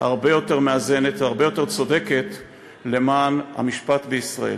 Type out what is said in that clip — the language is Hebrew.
הרבה יותר מאזנת והרבה יותר צודקת למען המשפט בישראל.